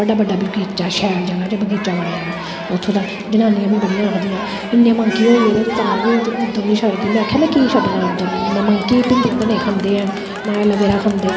बड़ा बड्डा बगीचा शैल जगह च बगीचा बने दा ओह् जनानियां मिगी आक्खदियां की इन्ने मंकी हई गेदे न पर तां बी उद्दम निं छोड़ दियां न ते में आक्खेआ ना कियां छड्डना उद्दम कियां छड्डना ऐ ना ऐलोवेरा खंदे